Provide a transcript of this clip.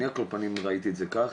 אני על כל פנים ראיתי את זה כך,